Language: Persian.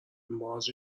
مارج